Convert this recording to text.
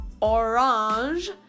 Orange